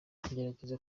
ngerageza